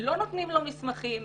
ולא נותנים לו מסמכים,